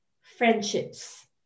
friendships